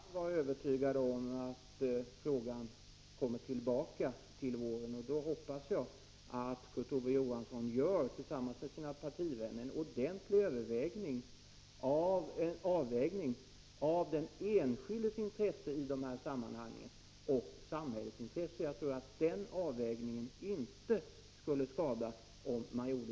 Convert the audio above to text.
Herr talman! Kurt Ove Johansson kan vara övertygad om att frågan kommer tillbaka till våren. Då hoppas jag att Kurt Ove Johansson tillsammans med sina partivänner gör en ordentlig avvägning mellan den enskildes och samhällets intressen i det här sammanhanget.